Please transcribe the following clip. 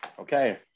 Okay